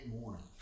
morning